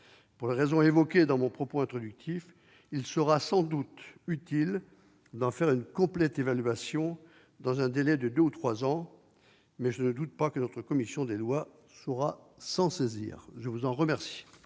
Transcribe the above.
Pour les raisons évoquées dans mon propos introductif, il sera sans doute utile d'en faire une complète évaluation dans un délai de deux ou trois ans. Mais je ne doute pas que la commission des lois saura s'en saisir. La parole est à M.